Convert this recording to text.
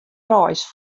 reis